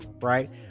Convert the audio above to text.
right